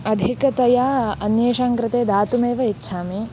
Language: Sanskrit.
अधिकतया अन्येषां कृते दातुमेव इच्छामि